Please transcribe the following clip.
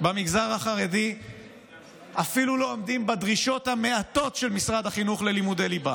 במגזר החרדי אפילו לא עומדים בדרישות המעטות של משרד החינוך ללימודי ליבה.